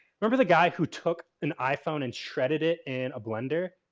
remember the guy who took an iphone and shredded it in a blender?